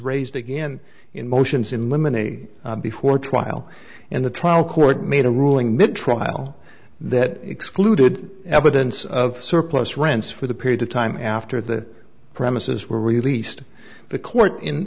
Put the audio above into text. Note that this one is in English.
raised again in motions in limine a before trial and the trial court made a ruling mid trial that excluded evidence of surplus rents for the period of time after the premises were released the court in